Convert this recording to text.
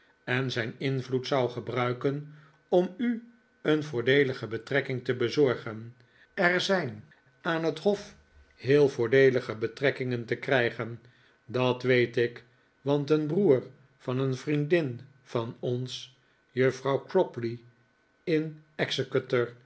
en zijn invloed zou gebruiken om u een voordeelige betrekking te bezorgen er zijn aan het hof heel voordeelige betrekkingen te krijgen dat weet ik want een broer van een vriendin van ons juffrouw cropley in